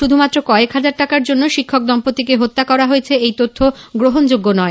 শুধুমাত্র কয়েক হাজার টাকার জন্য শিক্ষক দম্পতিকে হত্যা করা হয়েছে এই তথ্য গ্রহনযোগ্য নয়